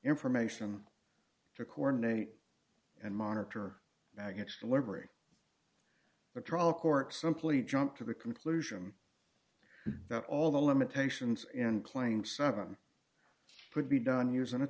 information to coordinate and monitor maggots delivery the trial court simply jump to the conclusion that all the limitations in claim seven could be done using a